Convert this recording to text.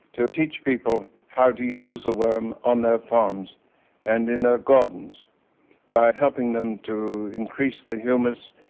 to teach people how to use the worm on their farms and in their gardens by helping them to increase the humus,